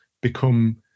become